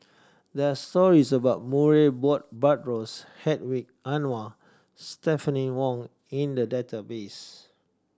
there are stories about Murray Buttrose Hedwig Anuar Stephanie Wong in the database